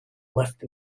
left